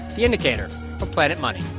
the indicator from planet money